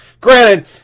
Granted